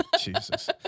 Jesus